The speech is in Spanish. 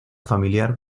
familiar